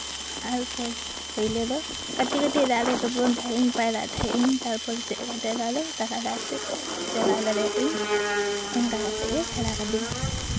ᱛᱟᱨᱯᱚᱨ ᱯᱳᱭᱞᱳ ᱫᱚ ᱠᱟᱹᱴᱤᱫ ᱠᱟᱹᱴᱤᱡ ᱫᱟᱜ ᱨᱮ ᱛᱩᱯᱩᱱ ᱛᱟᱦᱮᱸᱫ ᱤᱧ ᱯᱟᱭᱨᱟᱜ ᱛᱟᱦᱮᱸᱫ ᱤᱧ ᱛᱟᱨᱯᱚᱨ ᱪᱮᱫ ᱠᱟᱛᱮ ᱫᱚ ᱟᱫᱚ ᱛᱟᱞᱟ ᱫᱟᱜ ᱥᱮᱫ ᱪᱟᱞᱟᱣ ᱫᱟᱲᱭᱟᱜ ᱤᱧ ᱚᱱᱠᱟ ᱠᱟᱛᱮᱜᱮ ᱥᱮᱬᱟ ᱟᱠᱟᱫᱤᱧ